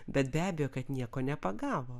bet be abejo kad nieko nepagavo